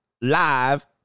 live